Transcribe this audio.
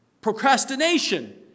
procrastination